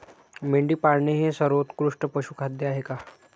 मेंढी पाळणे हे सर्वोत्कृष्ट पशुखाद्य आहे का?